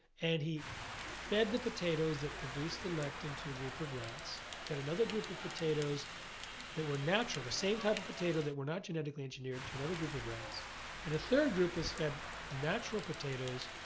and he fed the potatoes that produced the lectin to a group of rats, fed another group of potatoes that were natural, the same type of potato that we're not genetically engineered to another group of rats and a third group was fed natural potatoes.